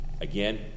again